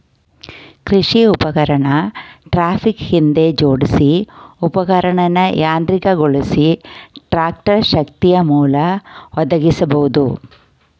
ಕೃಷಿ ಉಪಕರಣ ಟ್ರಾಕ್ಟರ್ ಹಿಂದೆ ಜೋಡ್ಸಿ ಉಪಕರಣನ ಯಾಂತ್ರಿಕಗೊಳಿಸಿ ಟ್ರಾಕ್ಟರ್ ಶಕ್ತಿಯಮೂಲ ಒದಗಿಸ್ಬೋದು